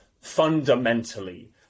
fundamentally